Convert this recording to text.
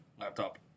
laptop